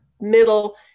middle